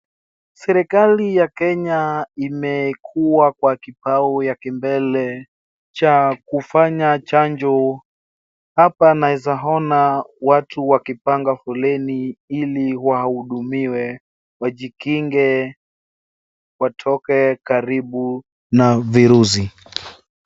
Serikali ya Kenya imekuwa kwa kipao ya kimbele cha kufanya chanjo. Hapa naezaona watu wakipanga foleni ili wahudumiwe wajikinge watoke karibu na virusi.